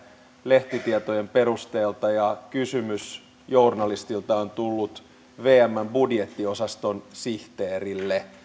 lehtitietojen perusteella ja kysymys journalistilta on tullut vmn budjettiosaston sihteerille